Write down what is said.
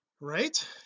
right